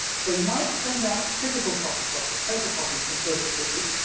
so you might send out physical copies of it, paper copies can still distribute,